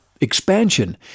expansion